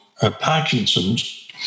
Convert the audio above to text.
Parkinson's